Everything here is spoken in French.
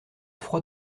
froid